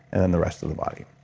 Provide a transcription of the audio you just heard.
and the rest of the body